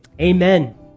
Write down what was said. amen